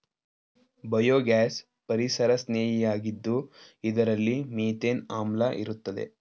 biogas ಪರಿಸರಸ್ನೇಹಿಯಾಗಿದ್ದು ಇದರಲ್ಲಿ methane ಆಮ್ಲ ಇರುತ್ತದೆ